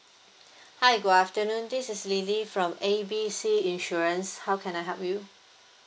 hi good afternoon this is lily from A B C insurance how can I help you